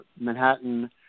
Manhattan